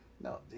No